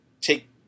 take